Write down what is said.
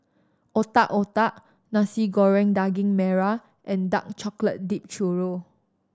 Otak Otak Nasi Goreng Daging Merah and dark chocolate dipped churro